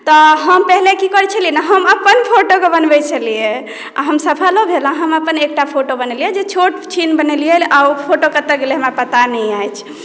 तऽ हम पहिले की करै छलियै ने हम अपन फोटोके बनबैत छलियै आ हम सफलो भेलहुँ अपन एकटा फोटो बनेलियै जे छोट छिन बनेलियै आ ओ फोटो कतय गेलै हमरा पता नहि अइ